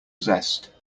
zest